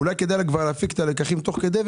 אולי כדאי להפיק לקחים תוך כדי.